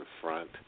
front